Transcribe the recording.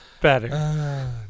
better